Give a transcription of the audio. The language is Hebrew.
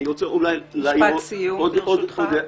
משפט סיום ברשותך,